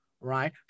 Right